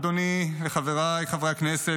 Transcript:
אדוני וחבריי חברי הכנסת,